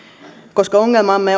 koska ongelmamme